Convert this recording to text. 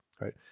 Right